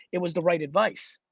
it was the right advice.